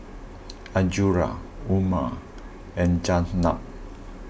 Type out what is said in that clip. Azura Umar and Zaynab